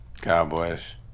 Cowboys